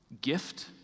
gift